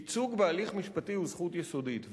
ייצוג בהליך משפטי הוא זכות יסודית,